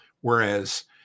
Whereas